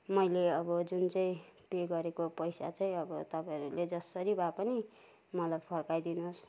मैले अब जुन चाहिँ पे गरेको पैसाचाहिँ अब तपाईँहरूले जसरी भए पनि मलाई फर्काइ दिनुहोस्